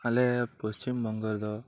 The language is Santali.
ᱟᱞᱮ ᱯᱚᱥᱪᱤᱢ ᱵᱚᱝᱜᱚ ᱨᱮᱫᱚ